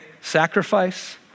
sacrifice